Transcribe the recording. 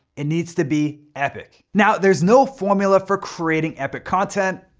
it needs to be epic. now there's no formula for creating epic content,